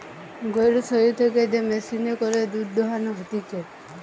গরুর শরীর থেকে যে মেশিনে করে দুধ দোহানো হতিছে